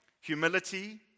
Humility